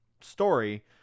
story